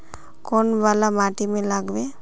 कौन वाला माटी में लागबे?